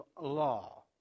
law